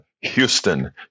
houston